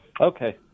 Okay